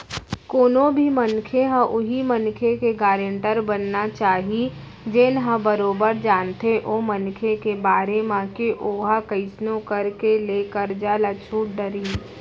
कोनो भी मनखे ह उहीं मनखे के गारेंटर बनना चाही जेन ह बरोबर जानथे ओ मनखे के बारे म के ओहा कइसनो करके ले करजा ल छूट डरही